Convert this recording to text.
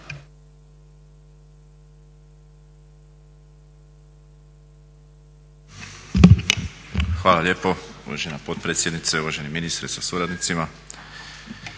Hvala lijepo uvažena potpredsjednice, uvaženi ministre sa suradnicima.